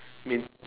main~